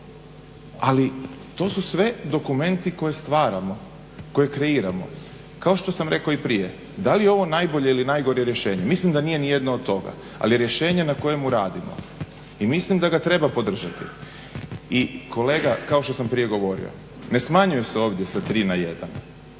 ali to su sve dokumenti koje stvaramo, koje kreiramo kao što sam rekao i prije. Da li je ovo najbolje ili najgore rješenje? Mislim da nije nijedno od toga, ali je rješenje na kojemu radimo i mislimo da ga treba podržati. I kolega kao što sam prije govorio, ne smanjuju se ovdje sa tri na jedan,